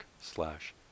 slash